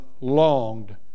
longed